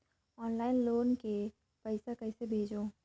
Online loan के पईसा कइसे भेजों?